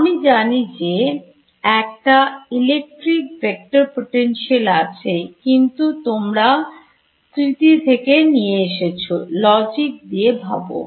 আমি জানি যে একটা Electric Vector Potential আছে কিন্তু তোমরা স্মৃতি থেকে নিয়ে আসছো logic দিয়ে ভাবো